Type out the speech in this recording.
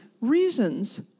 reasons